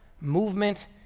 movement